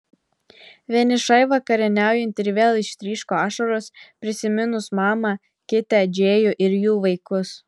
vienišai vakarieniaujant ir vėl ištryško ašaros prisiminus mamą kitę džėjų ir jų vaikus